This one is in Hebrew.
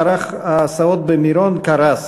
מערך ההסעות במירון קרס,